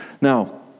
Now